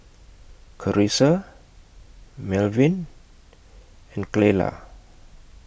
Charissa Melvyn and Clella